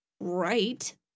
right